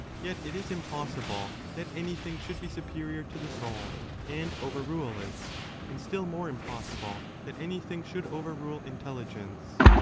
yet it is impossible that anything should be superior to the soul and overrule it and still more impossible that anything should overrule intelligence.